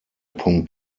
punkt